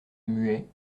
muet